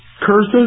curses